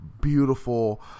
beautiful